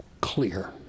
clear